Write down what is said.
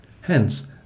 Hence